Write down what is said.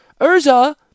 Urza